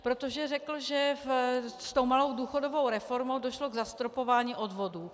Protože řekl, že s tou malou důchodovou reformou došlo k zastropování odvodů.